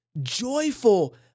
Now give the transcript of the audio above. Joyful